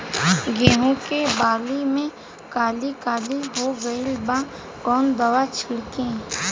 गेहूं के बाली में काली काली हो गइल बा कवन दावा छिड़कि?